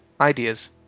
ideas